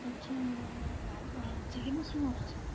ଆଚ୍ଛା ହଁ ବାହା ଚିଲ୍ଲି ମସ୍ରୁମ୍ ଆସୁଛି